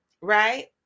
Right